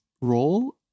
role